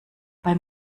bei